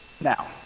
Now